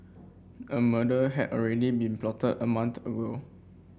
a murder had already been plotted a month ago